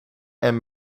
and